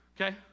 okay